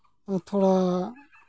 ᱛᱷᱚᱲᱟ